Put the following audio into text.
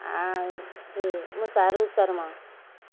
आ फेर मुसहरू शर्मा